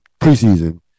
preseason